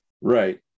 Right